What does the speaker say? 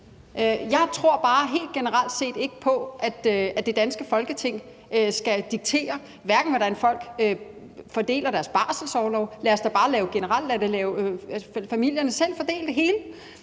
Jeg tror bare helt generelt set ikke på, at det danske Folketing ting skal diktere, hvordan folk fordeler deres barselsorlov. Lad os da bare generelt lade familierne selv fordele det hele.